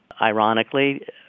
ironically